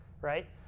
right